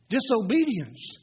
Disobedience